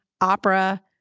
opera